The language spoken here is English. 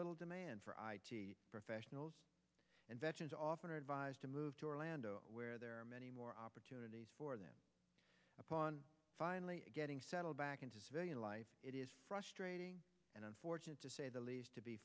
little demand for professionals and veterans often are advised to move to orlando where there are many more opportunities for them upon finally getting settled back into civilian life it is frustrating and unfortunate to say the least to be